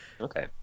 okay